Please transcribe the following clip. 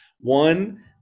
One